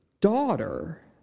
daughter